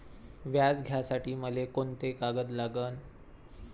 व्याज घ्यासाठी मले कोंते कागद लागन?